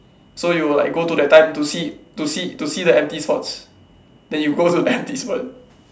so you will like go to that time to see to see to see the empty spots then you go to the empty spot